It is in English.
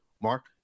Mark